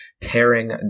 tearing